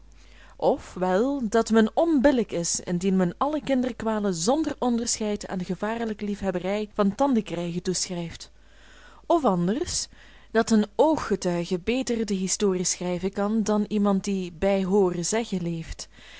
wel dat men onbillijk is indien men alle kinderkwalen zonder onderscheid aan de gevaarlijke liefhebberij van tandenkrijgen toeschrijft of anders dat een ooggetuige beter de historie schrijven kan dan iemand die bij hooren zeggen leeft